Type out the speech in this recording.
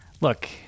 Look